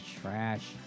Trash